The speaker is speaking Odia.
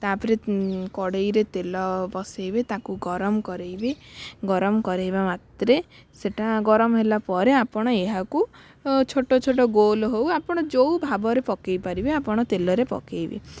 ତା'ପରେ କଡ଼ାଇରେ ତେଲ ବସାଇବେ ତାକୁ ଗରମ କରାଇବେ ଗରମ କରାଇବା ମାତ୍ରେ ସେଟା ଗରମ ହେଲା ପରେ ଆପଣ ଏହାକୁ ଛୋଟ ଛୋଟ ଗୋଲ ହଉ ଆପଣ ଯେଉଁ ଭାବରେ ପକାଇ ପାରିବେ ଆପଣ ତେଲରେ ପକାଇବେ